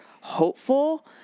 hopeful